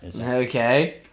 Okay